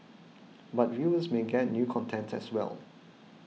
but viewers may get new content as well